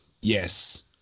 Yes